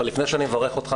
אבל לפני שאני מברך אותך,